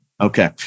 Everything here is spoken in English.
Okay